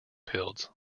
pills